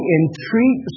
entreat